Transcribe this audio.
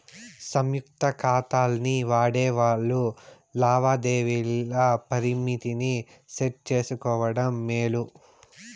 సంయుక్త కాతాల్ని వాడేవాల్లు లావాదేవీల పరిమితిని సెట్ చేసుకోవడం మేలు